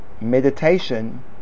meditation